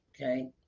okay